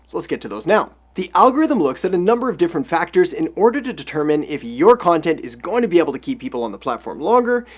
let's get to those now. the algorithm looks at a number of different factors in order to determine if your content is going to be a to keep people on the platform longer,